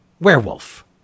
werewolf